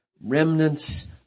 remnants